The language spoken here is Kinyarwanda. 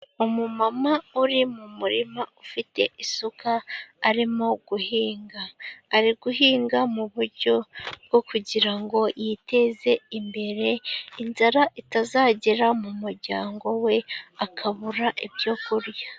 Umumama uri mu murima ufite isuka, arimo guhinga. Ari guhinga mu buryo bwo kugira ngo yiteze imbere, inzara itazagera mu muryango we, akabura ibyo kurya.